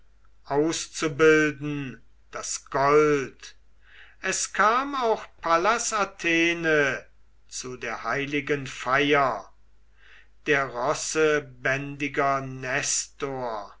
auszubilden das gold es kam auch pallas athene zu der heiligen feier der rossebändiger nestor